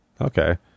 Okay